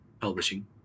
Publishing